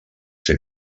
ser